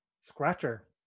Scratcher